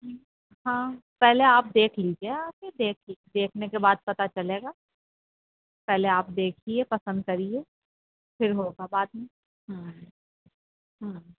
ہاں پہلے آپ دیکھ لیجیے آ کے دیکھ لی دیکھنے کے بعد پتہ چلے گا پہلے آپ دیکھیے پسند کریے پھر ہوگا بعد میں ہ